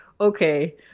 okay